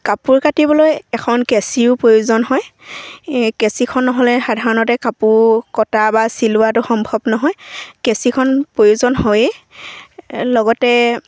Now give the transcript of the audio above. কাপোৰ কাটিবলৈ এখন কেঁচিও প্ৰয়োজন হয় কেঁচিখন নহ'লে সাধাৰণতে কাপোৰ কটা বা চিলোৱাটো সম্ভৱ নহয় কেঁচিখন প্ৰয়োজন হয়েই লগতে